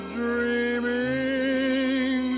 dreaming